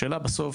השאלה בסוף,